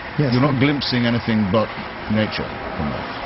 yeah you're not glimpsing anything but nature from that.